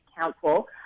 Council